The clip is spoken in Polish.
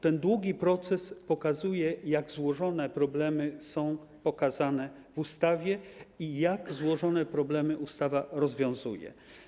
Ten długi proces pokazuje, jak złożone problemy są ujęte w ustawie i jak złożone problemy ustawa rozwiązuje.